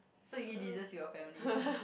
so you eat desserts with your family ah